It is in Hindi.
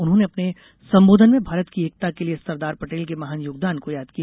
उन्होंने अपने संबोधन में भारत की एकता के लिए सरदार पटेल के महान योगदान को याद किया